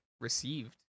received